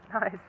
nice